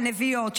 של נביעות,